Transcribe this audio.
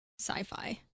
sci-fi